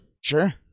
Sure